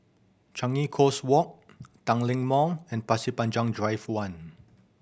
Changi Coast Walk Tanglin Mall and Pasir Panjang Drive One